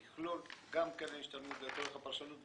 יכלול גם קרן השתלמות לצורך הפרשנות,